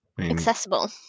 Accessible